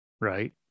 right